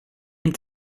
att